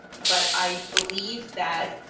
but i believe that